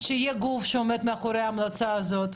שיהיה גוף שעומד מאחורי ההמלצה הזאת,